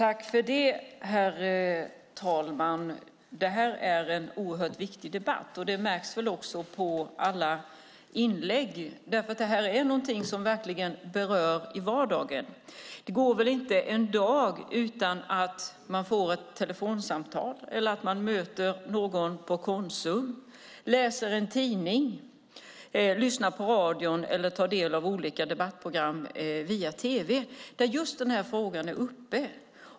Herr talman! Det här är en oerhört viktig debatt, och det märks också på alla inlägg. Detta är någonting som verkligen berör i vardagen. Det går inte en dag utan att man får telefonsamtal, möter någon på Konsum, läser en tidning, lyssnar på radion eller tar del av olika debattprogram på tv där just den här frågan är uppe.